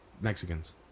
Mexicans